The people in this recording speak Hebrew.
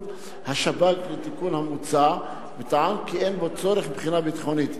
השב"כ לתיקון המוצע וטען כי אין בו צורך מבחינה ביטחונית,